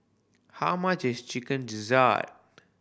how much is Chicken Gizzard